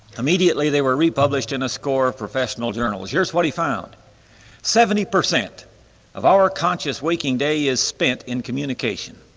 immediately they were republished in a score for professional journals. here's what he found seventy percent of our conscious waking day is spent in communication,